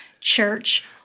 church